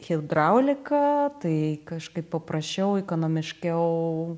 hidrauliką tai kažkaip paprasčiau ekonomiškiau